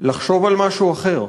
לחשוב על משהו אחר,